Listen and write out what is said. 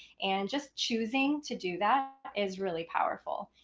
and just choosing to do that is really powerful,